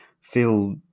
feel